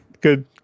Good